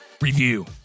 review